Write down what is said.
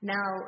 Now